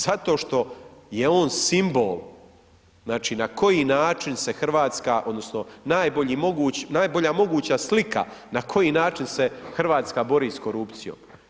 Zato što je on simbol, na koji način se Hrvatska, odnosno, najbolja moguća slika na koji način se Hrvatska bori s korupcijom.